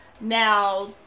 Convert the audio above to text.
Now